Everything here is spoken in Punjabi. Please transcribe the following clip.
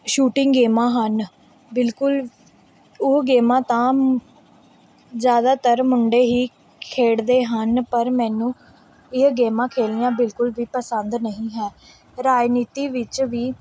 ਸ਼ੂਟਿੰਗ ਗੇਮਾਂ ਹਨ ਬਿਲਕੁਲ ਉਹ ਗੇਮਾਂ ਤਾਂ ਜ਼ਿਆਦਾਤਰ ਮੁੰਡੇ ਹੀ ਖੇਡਦੇ ਹਨ ਪਰ ਮੈਨੂੰ ਇਹ ਗੇਮਾਂ ਖੇਡਣੀਆਂ ਬਿਲਕੁਲ ਵੀ ਪਸੰਦ ਨਹੀਂ ਹੈ ਰਾਜਨੀਤੀ ਵਿੱਚ ਵੀ